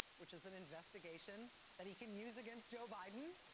which is an investigation that he can use against joe biden,